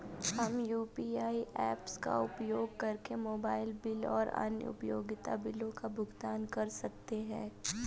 हम UPI apps का उपयोग करके मोबाइल बिल और अन्य उपयोगिता बिलों का भुगतान कर सकते हैं